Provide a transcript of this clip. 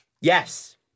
Yes